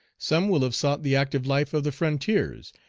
some will have sought the active life of the frontiers,